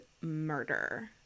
murder